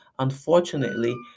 Unfortunately